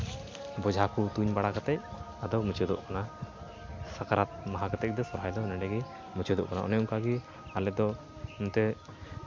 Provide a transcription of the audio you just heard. ᱵᱳᱡᱷᱟ ᱠᱚ ᱛᱩᱧ ᱵᱟᱲᱟ ᱠᱟᱛᱮᱫ ᱟᱫᱚ ᱢᱩᱪᱟᱹᱫᱚᱜ ᱠᱟᱱᱟ ᱥᱟᱠᱨᱟᱛ ᱢᱟᱦᱟ ᱠᱟᱛᱮᱫ ᱥᱚᱨᱦᱟᱭ ᱫᱚ ᱱᱚᱸᱰᱮᱜᱮ ᱢᱩᱪᱟᱹᱫᱚᱜ ᱠᱟᱱᱟ ᱚᱱᱮ ᱚᱱᱠᱟᱜᱮ ᱟᱞᱮᱫᱚ ᱱᱚᱱᱛᱮ